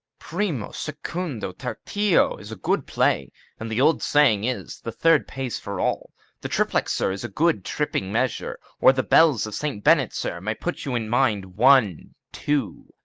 primo, secundo, tertio, is a good play and the old saying is, the third pays for all the triplex, sir, is a good tripping measure or the bells of saint bennet, sir, may put you in mind one, two,